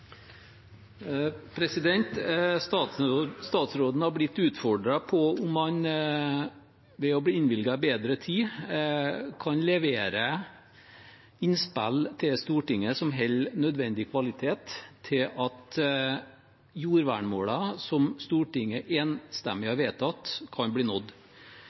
Statsråden har blitt utfordret på om han ved å bli innvilget bedre tid, kan levere innspill til Stortinget som holder nødvendig kvalitet, slik at jordvernmålene som Stortinget enstemmig har vedtatt, kan bli nådd.